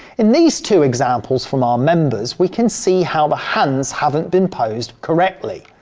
in these two examples from our members we can see how the hands haven't been posed correctly.